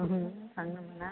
ओहो थांनो मोना